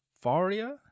Faria